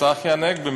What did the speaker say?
צחי הנגבי,